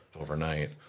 overnight